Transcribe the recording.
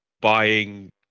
buying